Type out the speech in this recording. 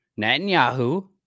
Netanyahu